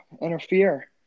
interfere